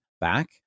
back